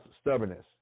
stubbornness